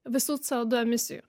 visų co du emisijų